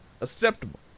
Acceptable